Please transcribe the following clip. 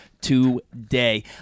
today